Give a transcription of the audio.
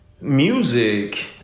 music